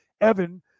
Evan